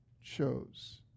chose